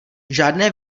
žádné